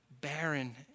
barren